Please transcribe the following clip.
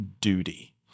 duty